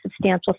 substantial